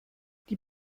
die